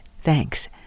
Thanks